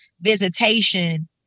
visitation